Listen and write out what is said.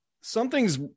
something's